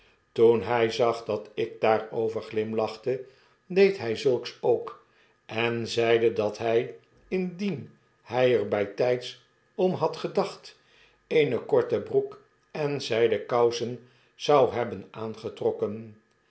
toen hy zag dat ik daarover glimlachte deed hy zulks ook en zeide dat hy indien hy er bijtijds om had gedacht eene korte broek en zijden kousen zou hebben aangetrokken